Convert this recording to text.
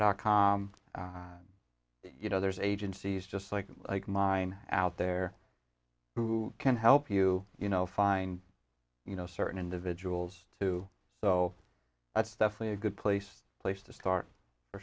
dot com you know there's agencies just like like mine out there who can help you you know find you know certain individuals too so that's definitely a good place place to start for